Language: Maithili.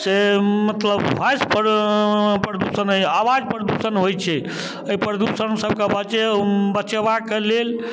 से मतलब वॉइस पर प्रदूषण होइए आवाज प्रदूषण होइ छै एहि प्रदूषण सबके जे बचे बचेबाके लेल